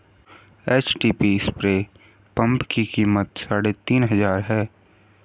HTP spray pump की कीमत साढ़े तीन हजार है